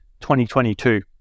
2022